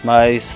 Mas